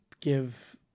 Give